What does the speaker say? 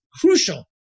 crucial